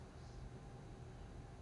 en